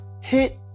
hit